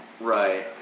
Right